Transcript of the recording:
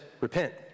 repent